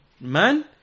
man